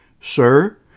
Sir